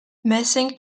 missing